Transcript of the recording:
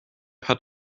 paar